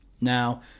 Now